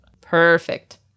Perfect